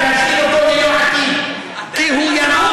זו הבעיה העיקרית.